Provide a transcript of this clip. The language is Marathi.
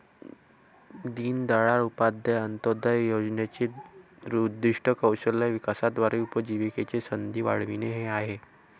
दीनदयाळ उपाध्याय अंत्योदय योजनेचे उद्दीष्ट कौशल्य विकासाद्वारे उपजीविकेच्या संधी वाढविणे हे आहे